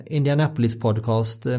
Indianapolis-podcast